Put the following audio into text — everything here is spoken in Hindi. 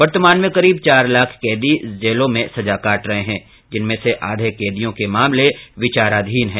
वर्तमान में करीब चार लाख कैदी जेलों में सजा काट रहे है जिनमें से आधे कैदियों के मामले विचाराधीन है